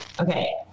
Okay